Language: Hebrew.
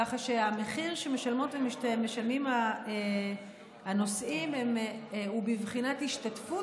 ככה שהמחיר שמשלמות ומשלמים הנוסעים הוא בבחינת השתתפות,